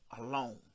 alone